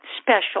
special